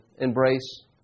embrace